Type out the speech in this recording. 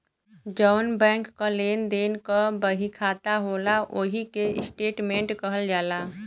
जौन बैंक क लेन देन क बहिखाता होला ओही के स्टेट्मेंट कहल जाला